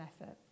effort